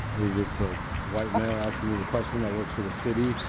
if it's a white male asking the the question that works for the city,